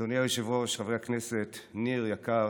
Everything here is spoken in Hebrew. אדוני היושב-ראש, חברי הכנסת, ניר יקר,